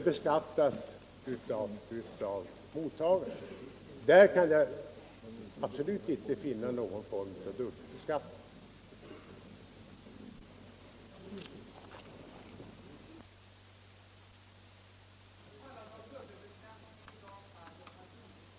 Jag kan absolut inte finna någon form av dubbelbeskattning.